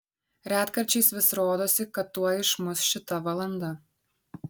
retkarčiais vis rodosi kad tuoj išmuš šita valanda